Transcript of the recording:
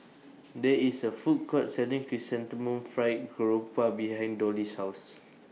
There IS A Food Court Selling Chrysanthemum Fried Garoupa behind Dollie's House